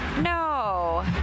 No